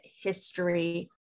history